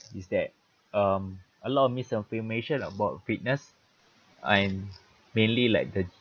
is that um a lot of misinformation about fitness and mainly like the